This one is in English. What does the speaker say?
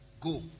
go